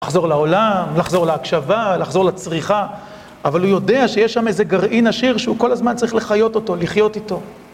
לחזור לעולם, לחזור להקשבה, לחזור לצריכה, אבל הוא יודע שיש שם איזה גרעין עשיר שהוא כל הזמן צריך לחיות אותו, לחיות איתו.